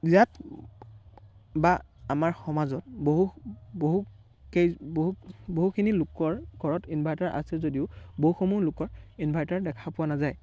ইয়াত বা আমাৰ সমাজত বহু বহুখিনি লোকৰ ঘৰত ইনভাৰ্টাৰ আছে যদিও বহুসমূহ লোকৰ ইনভাৰ্টাৰ দেখা পোৱা নাযায়